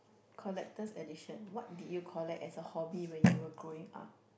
collector's edition what did you collect as a hobby when you were growing up